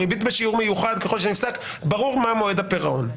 או ריבית בשיעור מיוחד ככל שנפסקה ברור מה מועד הפירעון.